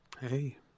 Hey